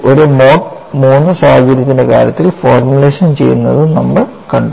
ഒരു mode III സാഹചര്യത്തിന്റെ കാര്യത്തിൽ ഫോർമുലേഷൻ ചെയ്യുന്നതും നമ്മൾ കണ്ടു